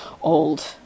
old